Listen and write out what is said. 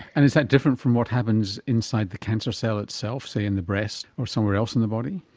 and is that different from what happens inside the cancer cell itself, say in the breast or somewhere else in the body?